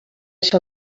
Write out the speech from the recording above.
ser